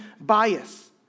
bias